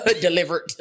delivered